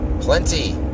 Plenty